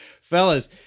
Fellas